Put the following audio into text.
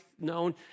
known